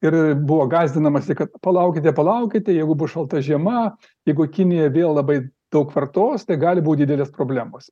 ir buvo gąsdinamasi kad palaukite palaukite jeigu bus šalta žiema jeigu kinija vėl labai daug vartos tai gali būt didelės problemos